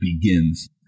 begins